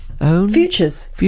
Futures